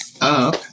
up